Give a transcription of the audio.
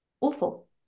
awful